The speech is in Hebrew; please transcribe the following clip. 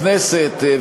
בכנסת,